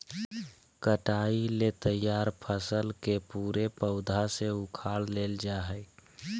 कटाई ले तैयार फसल के पूरे पौधा से उखाड़ लेल जाय हइ